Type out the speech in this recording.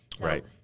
Right